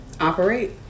operate